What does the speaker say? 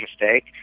mistake